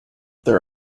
there